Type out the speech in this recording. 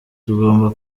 tugomba